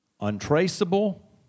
untraceable